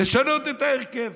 לשנות את ההרכב.